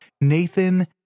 nathan